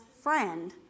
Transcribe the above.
friend